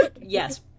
yes